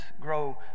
grow